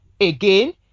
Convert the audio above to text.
again